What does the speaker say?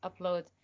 upload